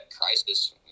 crisis